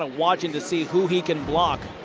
ah watching to see who he can block.